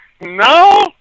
No